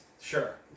Sure